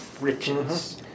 riches